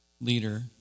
leader